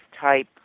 type